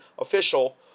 official